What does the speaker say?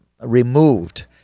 removed